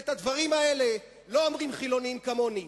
ואת הדברים האלה לא אומרים חילונים כמוני,